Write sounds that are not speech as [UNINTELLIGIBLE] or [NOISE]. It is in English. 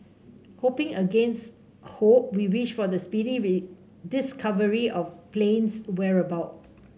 hoping against hope we wish for the speedy [UNINTELLIGIBLE] discovery of plane's whereabouts